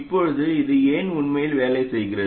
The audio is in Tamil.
இப்போது இது ஏன் உண்மையில் வேலை செய்கிறது